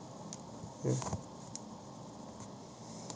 S>